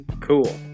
Cool